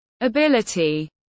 ability